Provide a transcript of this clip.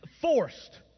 forced